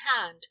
hand